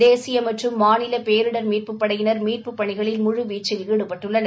தேசிய மற்றும் மாநில பேரிடர் படையினர் மீட்புப் பணியில் முழுவீச்சில் ஈடுபட்டுள்ளனர்